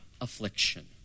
affliction